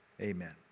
Amen